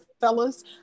fellas